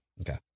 Okay